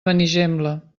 benigembla